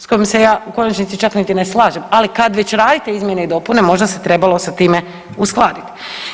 S kojom se ja u konačnici čak niti ne slažem, ali kad već radite izmjene i dopune možda se trebalo sa time uskladiti.